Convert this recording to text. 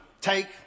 take